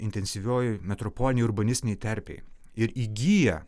intensyviojoj metroponijų urbanistinėj terpėj ir įgyja